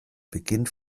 beginnt